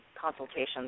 consultations